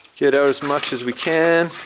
get out as much as we can.